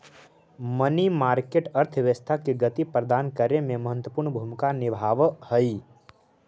money market अर्थव्यवस्था के गति प्रदान करे में महत्वपूर्ण भूमिका निभावऽ हई